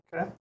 Okay